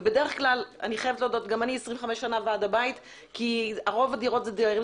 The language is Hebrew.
וגם אני 25 שנה בוועד הבית כי רוב הדירות זה דיירים